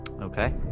Okay